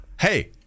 hey